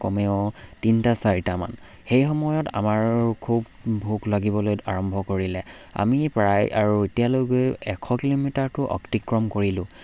কমেও তিনিটা চাৰিটামান সেই সময়ত আমাৰ খুব ভোক লাগিবলৈ আৰম্ভ কৰিলে আমি প্ৰায় আৰু এতিয়ালৈকে এশ কিলোমিটাৰটো অতিক্ৰম কৰিলো